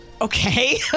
Okay